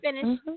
finish